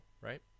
right